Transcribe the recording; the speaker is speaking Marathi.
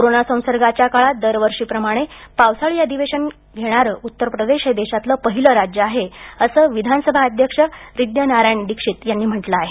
कोरोना संसर्गाच्या काळात दर वर्षी प्रमाणे पावसाळी अधिवेशन घेणारं उत्तर प्रदेश हे देशातलं पाहिलं राज्य आहे असं विधान सभा अध्यक्ष हिदय नारायण दीक्षित यांनी म्हटलं आहे